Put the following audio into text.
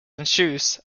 ensues